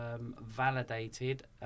validated